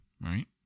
Right